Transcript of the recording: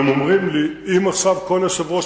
הם אומרים לי: אם עכשיו כל יושב-ראש